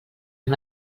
amb